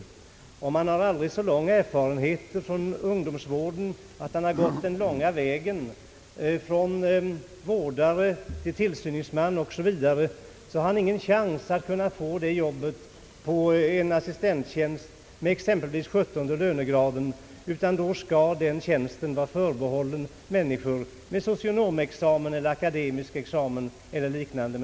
även om han har aldrig så lång erfarenhet och har gått den långa vägen från vårdare till tillsyningsman har han ingen chans att kunna få en assistenttjänst i exempelvis 17 lönegraden. En sådan tjänst är förbehållen personer med socionomexamen, akademisk examen eller liknande.